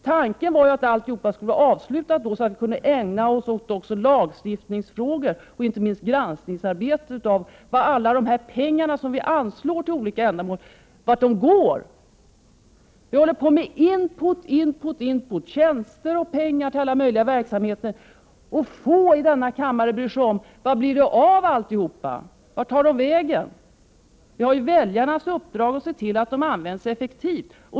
Tanken var ju att allt skulle vara avslutat i så god tid att vi skulle kunna ägna oss åt även lagstiftningsfrågor och inte minst granskningsarbetet när det gäller vart alla de pengar som anslås av riksdagen till olika ändamål tar vägen. Vi håller på med input, input och input, tjänster och pengar till alla möjliga verksamheter, och få i denna kammare bryr sig om vad det blir av allt detta och vart pengarna tar vägen. Vi har ju väljarnas uppdrag att se till att pengarna används effektivt.